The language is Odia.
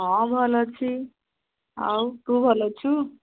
ହଁ ଭଲ୍ ଅଛି ଆଉ ତୁ ଭଲ୍ ଅଛୁ